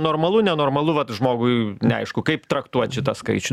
normalu nenormalu vat žmogui neaišku kaip traktuot šitą skaičių